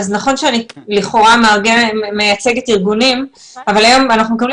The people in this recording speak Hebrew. נכון שאני לכאורה מייצגת ארגונים אבל היום אנחנו מקבלים